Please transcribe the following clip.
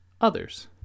others